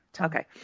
okay